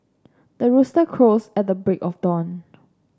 the rooster crows at the break of dawn